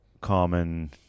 common